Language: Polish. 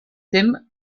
tym